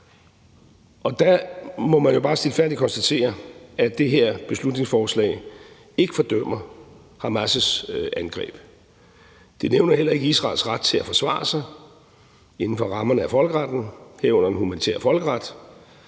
og der må man jo bare stilfærdigt konstatere, at det her beslutningsforslag ikke fordømmer Hamas' angreb, og at det heller ikke nævner Israels ret til at forsvare sig inden for rammerne af folkeretten, herunder den humanitære folkeret.